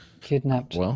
Kidnapped